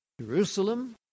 Jerusalem